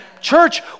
Church